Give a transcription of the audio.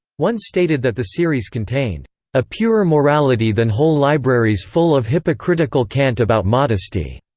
one stated that the series contained a purer morality than whole libraries full of hypocritical cant about modesty.